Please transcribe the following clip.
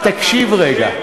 תקשיב רגע.